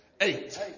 Eight